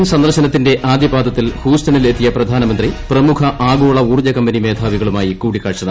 American സന്ദർശനത്തിന്റെ ആദ്യപാദത്തിൽ ഹൂസ്റ്റണിൽ എത്തിയ പ്രധാനമന്ത്രിക്ട്രമുഖ ആഗോള ഊർജജ കമ്പനി മേധാവികളുമായി ക്ടൂടിക്കാഴ്ച നടത്തി